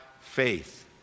faith